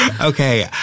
Okay